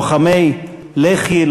לוחמי לח"י,